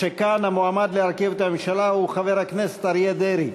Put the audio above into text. וכאן המועמד להרכיב את הממשלה הוא חבר הכנסת אריה דרעי.